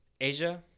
asia